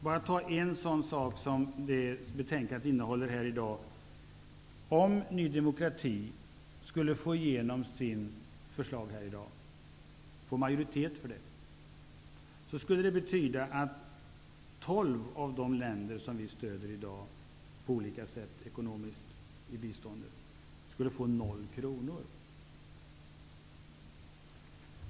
Låt mig bara ta en sak från betänkandet här i dag: om Ny demokrati skulle få majoritet skulle det betyda att tolv av de länder vi stöder i dag på olika sätt ekonomiskt i biståndet skulle få noll kronor i fortsättningen.